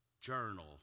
journal